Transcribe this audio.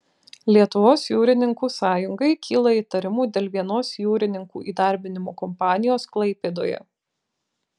lietuvos jūrininkų sąjungai kyla įtarimų dėl vienos jūrininkų įdarbinimo kompanijos klaipėdoje